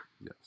Yes